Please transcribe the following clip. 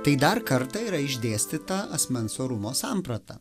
tai dar kartą yra išdėstyta asmens orumo samprata